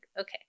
okay